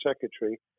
secretary